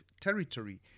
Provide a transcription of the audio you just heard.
territory